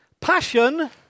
passion